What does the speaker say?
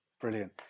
Brilliant